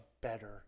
better